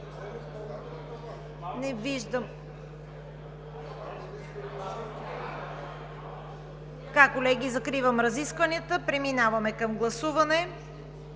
Не виждам. Колеги, закривам разискванията. Преминаваме към гласуване.